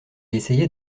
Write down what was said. essayait